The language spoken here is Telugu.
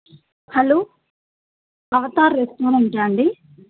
హలో అవతార్ రెస్టారెంట్ అండి